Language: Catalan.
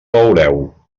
veureu